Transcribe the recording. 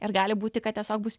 ir gali būti kad tiesiog bus